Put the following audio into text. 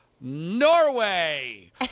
Norway